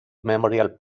memorial